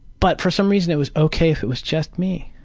but for some reason it was ok if it was just me.